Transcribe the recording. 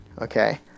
okay